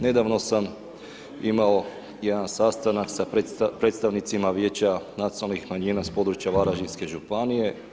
Nedavno sam imao jedan sastanak sa predstavnicima Vijeća nacionalnih manjina sa područja Varaždinske županije.